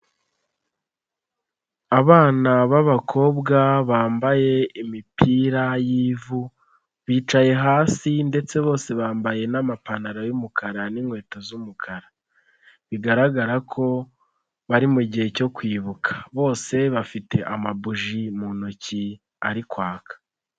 Abana b'abakobwa bambaye imipira y'ivu bicaye hasi ndetse bose bambaye n'amapantaro yumukara n'inkweto z'umukara, bigaragara ko bari mu gihe cyo kwibuka, bose bafite amabuji mu ntoki ari kwaka.